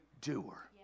doer